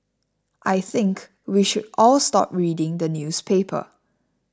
I think we should all stop reading the newspaper